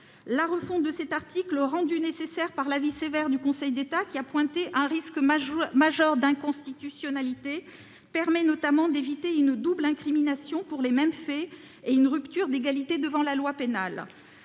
La refonte de cet article, rendue nécessaire par l'avis sévère du Conseil d'État, qui a pointé un risque majeur d'inconstitutionnalité, permet notamment d'éviter une double incrimination pour les mêmes faits et une rupture d'égalité devant la loi pénale.